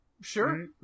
Sure